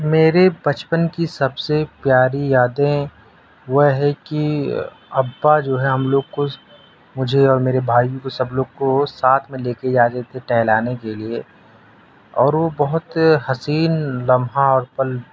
میرے بچپن کی سب سے پیاری یادیں وہ ہے کہ ابا جو ہے ہم لوگ کو مجھے اور میرے بھائی کو سب لوگ کو ساتھ میں لے کے جاتے تھے ٹہلانے کے لیے اور وہ بہت حسین لمحہ اور پل